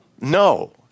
No